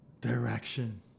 direction